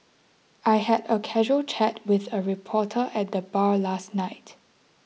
I had a casual chat with a reporter at the bar last night